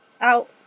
out